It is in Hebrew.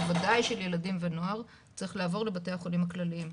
בוודאי של ילדים ונוער צריך לעבור לבתי החולים הכלליים.